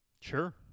Sure